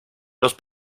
los